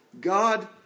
God